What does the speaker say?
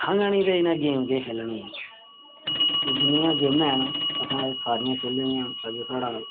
अक्खां गै नेईं ते इ'यां गेम केह् खेलनी एह् जिन्नियां गेमां हैन असें एह् सारियां खेली दियां बाकी साढ़ा